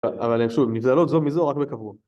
אבל הן שוב, נבדלות זו מזו רק בקבוע